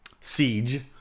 Siege